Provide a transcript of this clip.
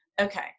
Okay